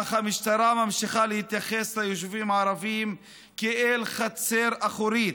אך המשטרה ממשיכה להתייחס אל היישובים הערביים כאל חצר אחורית,